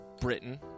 Britain